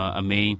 ame